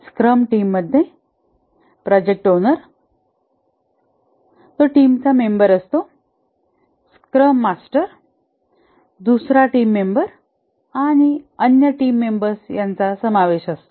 scrum टीममध्ये project owner तो टीमचा मेंबर असतो स्क्रम मास्टर दुसरा टीम मेंबर आणि अन्य टीम मेंबर्स यांचा समावेश असतो